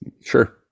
Sure